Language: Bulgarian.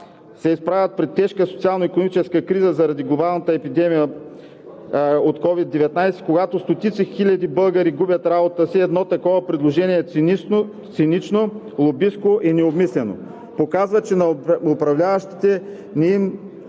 се изправят пред тежка социално-икономическа криза заради глобалната епидемия от COVID-19, когато стотици хиляди българи губят работата си, едно такова предложение е цинично, лобистко, необмислено и показва, че на управляващите не им